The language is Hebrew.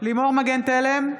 לימור מגן תלם,